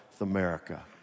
America